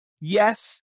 yes